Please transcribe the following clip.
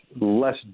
less